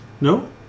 No